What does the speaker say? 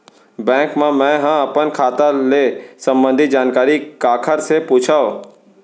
Bank मा मैं ह अपन खाता ले संबंधित जानकारी काखर से पूछव?